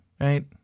right